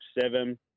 seven